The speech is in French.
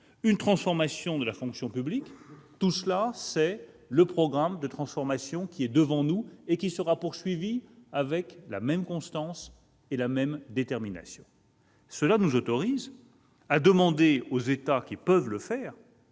une transformation de la fonction publique. Tel est le programme qui est devant nous et qui sera poursuivi avec la même constance et la même détermination. Cela nous autorise à demander aux États qui le peuvent